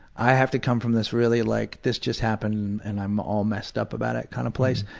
i have to come from this really, like, this just happened and i'm all messed up about it kind of place.